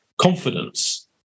confidence